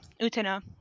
Utena